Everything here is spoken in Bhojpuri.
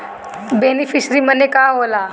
बेनिफिसरी मने का होला?